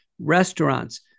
restaurants